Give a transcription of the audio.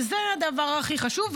וזה הדבר הכי חשוב,